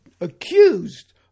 accused